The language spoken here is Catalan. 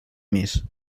més